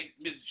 Miss